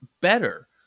better